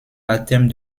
baptême